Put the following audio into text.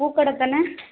பூக்கடைதானே